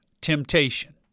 Temptation